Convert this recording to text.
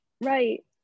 right